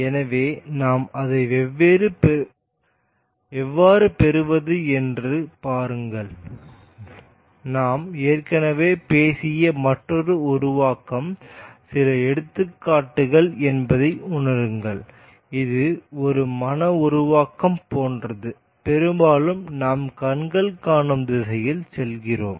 எனவே நாம் அதை எவ்வாறு பெறுவது என்று பாருங்கள் நாம் ஏற்கனவே பேசிய மற்றொரு உருவாக்கம் சில எடுத்துக்காட்டுகள் என்பதை உணருங்கள் இது ஒரு மன உருவாக்கம் போன்றது பெரும்பாலும் நாம் கண்கள் காணும் திசையில் செல்கிறோம்